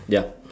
ya